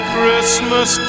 Christmas